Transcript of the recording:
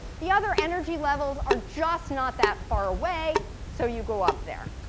the other energy levels are just not that far away, so you go up there.